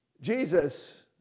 Jesus